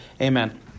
Amen